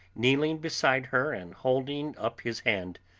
kneeling beside her and holding up his hand,